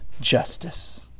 justice